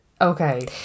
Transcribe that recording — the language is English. Okay